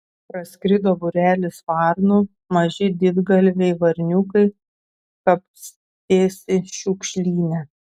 praskrido būrelis varnų maži didgalviai varniukai kapstėsi šiukšlyne